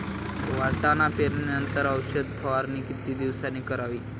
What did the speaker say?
वाटाणा पेरणी नंतर औषध फवारणी किती दिवसांनी करावी?